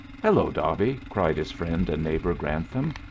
hello, dobby, cried his friend and neighbor, grantham.